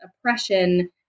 oppression